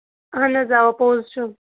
اہَن حظ اَوا پوٚز چھُ